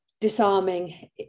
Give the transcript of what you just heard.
disarming